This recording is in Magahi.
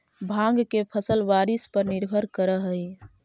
भाँग के फसल बारिश पर निर्भर करऽ हइ